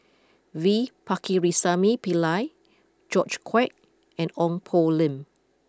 V Pakirisamy Pillai George Quek and Ong Poh Lim